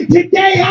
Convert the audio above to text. Today